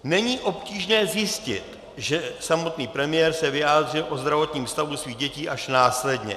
Není obtížné zjistit, že samotný premiér se vyjádřil o zdravotním stavu svých dětí až následně.